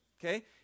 okay